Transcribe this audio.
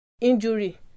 injury